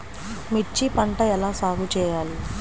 మిర్చి పంట ఎలా సాగు చేయాలి?